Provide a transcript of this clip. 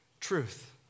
Truth